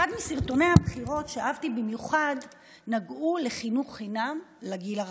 אחד מסרטוני הבחירות שאהבתי במיוחד נגע לחינוך חינם לגיל הרך.